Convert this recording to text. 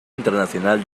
internacional